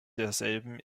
derselben